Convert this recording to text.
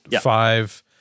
five